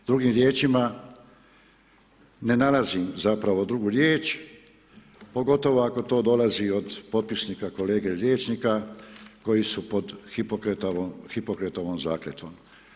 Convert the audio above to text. Drugim riječima, ne nalazim zapravo drugu riječ pogotovo ako dolazi od potpisnika kolege liječnika koji su pod Hipokratovom zakletvom.